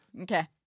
Okay